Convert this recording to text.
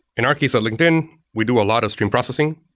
in our case at linkedin, we do a lot of stream processing.